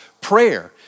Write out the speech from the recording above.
prayer